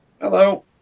Hello